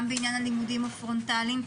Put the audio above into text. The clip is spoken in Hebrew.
גם בעניין הלימודים הפרונטליים.